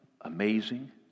amazing